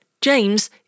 James